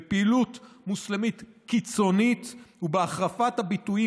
בפעילות מוסלמית קיצונית ובהחרפת הביטויים